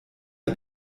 der